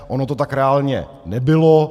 Ono to tak reálně nebylo.